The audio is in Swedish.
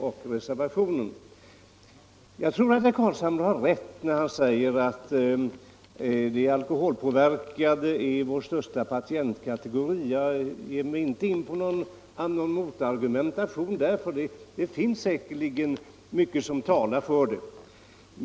Jag tror att herr Carlshamre har rätt när han säger att de alkoholpåverkade är vår största patientkategori; jag ger mig inte in i någon motargumentation på den punkten, för det finns säkerligen mycket som talar för det.